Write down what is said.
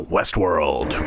Westworld